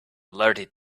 alerted